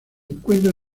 encuentra